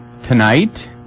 Tonight